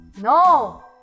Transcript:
No